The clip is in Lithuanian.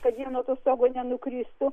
kad jie nuo to stogo nenukristų